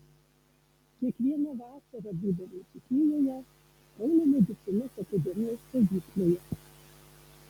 kiekvieną vasarą būdavau dzūkijoje kauno medicinos akademijos stovykloje